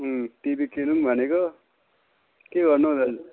TV किनौँ भनेको के गर्नु हो दाजु